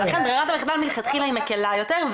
לכן ברירת המחדל מלכתחילה היא מקלה יותר,